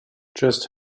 just